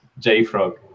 jfrog